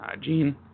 Gene